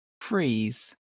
freeze